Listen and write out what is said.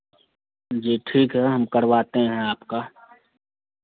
जी ठीक है हम करवाते हैं आपका